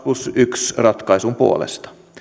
plus yksi ratkaisun puolesta